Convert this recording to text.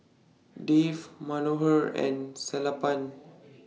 Dev Manohar and Sellapan